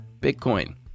Bitcoin